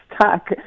stuck